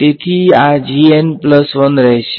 તેથી આ રહેશે